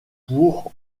pour